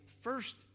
first